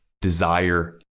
Desire